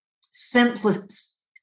simplest